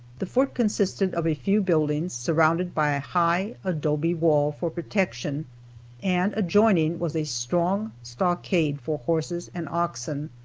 the fort consisted of a few buildings surrounded by a high adobe wall for protection and adjoining was a strong stockade for horses and oxen.